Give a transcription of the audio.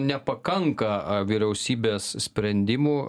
nepakanka vyriausybės sprendimų